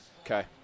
Okay